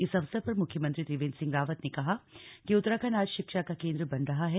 इस अवसर पर मुख्यमंत्री त्रिवेन्द्र सिंह रावत ने कहा कि उत्तराखंड आज शिक्षा का केन्द्र बन रहा है